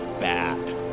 bad